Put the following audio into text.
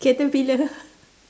caterpillar